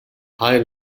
high